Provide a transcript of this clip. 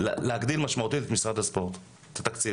להגדיל משמעותית את תקציב